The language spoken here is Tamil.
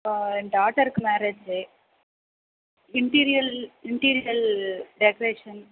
இப்போ என் டாட்டருக்கு மேரேஜ்ஜி இன்டீரியர் இன்டீரியர் டெக்ரேஷன்